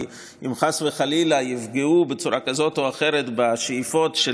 כי אם חס וחלילה יפגעו בצורה כזאת או אחרת בשאיפות של